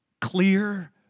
clear